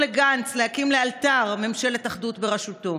לגנץ להקים לאלתר ממשלת אחדות בראשותו,